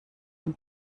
dem